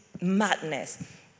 madness